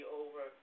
over